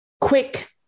quick